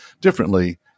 differently